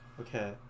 Okay